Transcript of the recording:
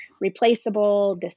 replaceable